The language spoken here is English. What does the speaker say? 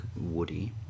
woody